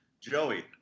Joey